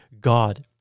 God